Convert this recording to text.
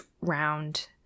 round